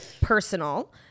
personal